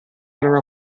erano